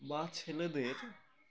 বা ছেলেদের